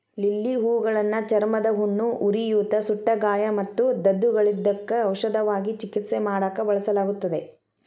lily ಹೂಗಳನ್ನ ಚರ್ಮದ ಹುಣ್ಣು, ಉರಿಯೂತ, ಸುಟ್ಟಗಾಯ ಮತ್ತು ದದ್ದುಗಳಿದ್ದಕ್ಕ ಔಷಧವಾಗಿ ಚಿಕಿತ್ಸೆ ಮಾಡಾಕ ಬಳಸಲಾಗುತ್ತದೆ